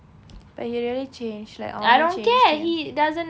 but he really changed like honest changed